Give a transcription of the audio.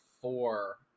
four